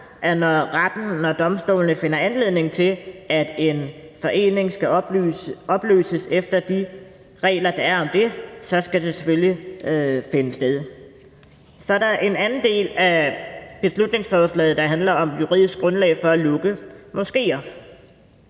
at når domstolene finder anledning til at opløse en forening efter de regler, der er om det, så skal det selvfølgelig finde sted. Så er der en anden del af beslutningsforslaget, der handler om det juridiske grundlag for at lukke moskéer.